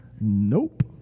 Nope